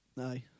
Aye